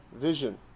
vision